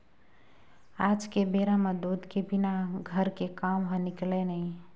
आज के बेरा म दूद के बिना घर के काम ह निकलय नइ